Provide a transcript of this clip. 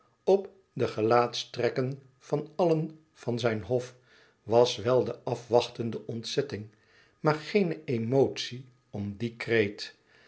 op de gelaatstrekken van allen van zijn hof was wel de afwachtende ontzetting maar geene emotie om dien kreet